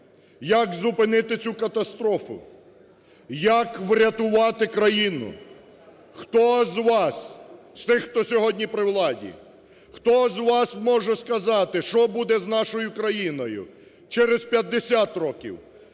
Як зупинити цю катастрофу? Як врятувати країну? Хто з вас, з тих, хто сьогодні при владі, хто з вас зможе сказати, що буде з нашою країною через 50 років,